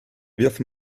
wirf